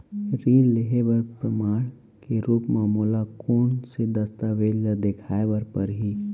ऋण लिहे बर प्रमाण के रूप मा मोला कोन से दस्तावेज ला देखाय बर परही?